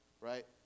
right